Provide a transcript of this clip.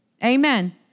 Amen